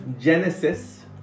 Genesis